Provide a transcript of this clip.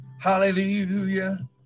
Hallelujah